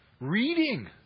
Reading